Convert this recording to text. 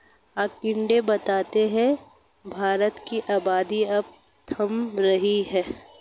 आकंड़े बताते हैं की भारत की आबादी अब थम रही है